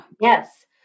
Yes